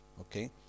okay